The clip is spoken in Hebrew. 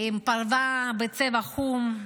עם פרווה בצבע חום.